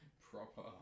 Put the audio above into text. proper